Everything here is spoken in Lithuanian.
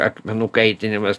akmenų kaitinimas